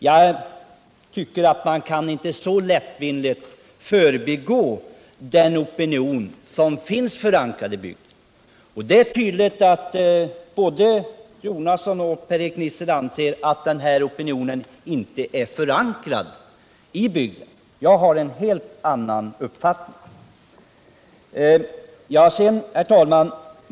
Svealand och Man kan inte så lättvindigt förbigå den opinion som finns förankrad Norrland i bygden. Det är tydligt att både Bertil Jonasson och Per-Erik Nisser anser att den här opinionen inte är förankrad i bygden. Jag har en helt annan uppfattning.